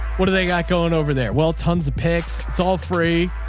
what do they got going over there? well, tons of pigs, it's all free.